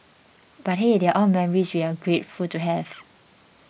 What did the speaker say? but hey they are all memories we're grateful to have